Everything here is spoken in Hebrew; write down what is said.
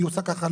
אני עושה ככה,